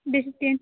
বেশি চিন